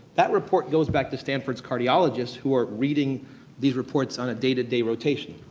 that report goes back to stanford's cardiologists who are reading these reports on a day to day rotation.